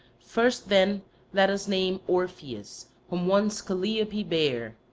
first then let us name orpheus whom once calliope bare,